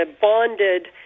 bonded